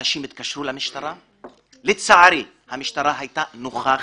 אנשים התקשרו למשטרה, לצערי המשטרה הייתה נוכחת.